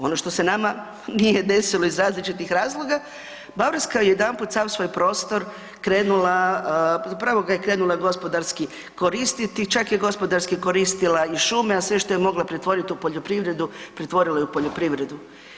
Ono što se nama nije desilo iz različitih razloga, Bavarska je jedanput sav svoj prostor krenula, zapravo ga je krenula gospodarski koristiti, čak je gospodarski koristila i šume, a sve što je mogla pretvoriti u poljoprivredu, pretvorila je poljoprivredu.